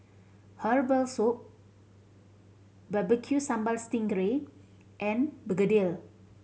herbal soup Barbecue Sambal sting ray and begedil